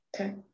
Okay